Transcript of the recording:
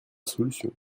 solution